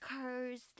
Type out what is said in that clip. cursed